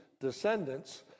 descendants